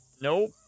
nope